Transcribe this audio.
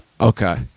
Okay